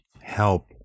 help